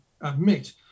admit